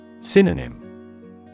Synonym